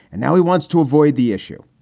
and now he wants to avoid the issue.